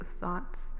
thoughts